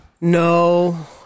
No